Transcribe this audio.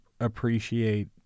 appreciate